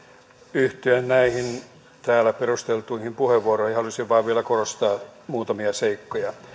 yhtyen näihin täällä perusteltuihin puheenvuoroihin haluaisin vain vielä korostaa muutamia seikkoja